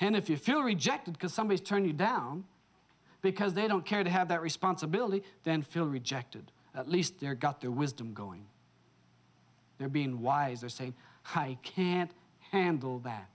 and if you feel rejected because somebody turned you down because they don't care to have that responsibility then feel rejected at least they're got their wisdom going they're being wise or say i can't handle that